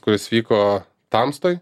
kuris vyko tamstoj